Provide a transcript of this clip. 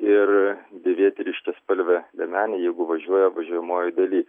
ir dėvėti ryškiaspalvę liemenę jeigu važiuoja važiuojamojoj dalyj